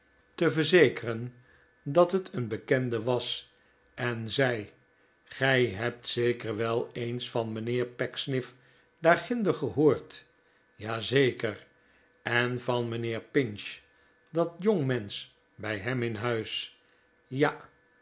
te verzekeren dat het een bekende was en zei gij hebt zeker wel eens van mijnheer pecksniff daarginder gehoord ja zeker en van mijnheer pinch dat jongmensch bij hem in huis ja